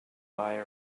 buy